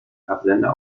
absender